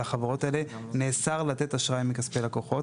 על החברות האלה נאסר לתת אשראי מכספי לקוחות,